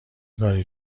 کاری